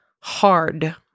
hard